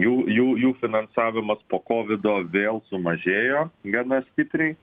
jų jų jų finansavimas po kovido vėl sumažėjo gana stipriai